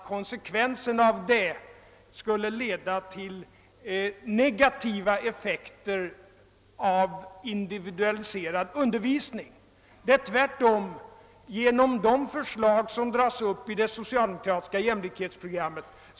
Konsekvenserna av detta skulle inte leda till negativa effekter vid individualiserad undervisning. Tvärtom kan verkliga åtgärder sättas in genom de förslag som framläggs i det socialdemokratiska jämlikhetsprogrammet.